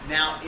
Now